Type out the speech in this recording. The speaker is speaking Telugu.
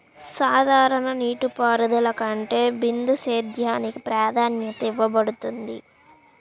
సాధారణ నీటిపారుదల కంటే బిందు సేద్యానికి ప్రాధాన్యత ఇవ్వబడుతుంది